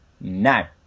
now